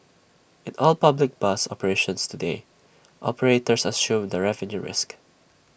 in all public bus operations today operators assume the revenue risk